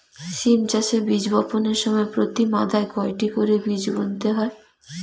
সিম চাষে বীজ বপনের সময় প্রতি মাদায় কয়টি করে বীজ বুনতে হয়?